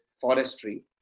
forestry